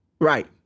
right